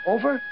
Over